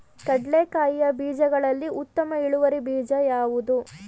ಕಡ್ಲೆಕಾಯಿಯ ಬೀಜಗಳಲ್ಲಿ ಉತ್ತಮ ಇಳುವರಿ ಬೀಜ ಯಾವುದು?